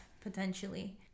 potentially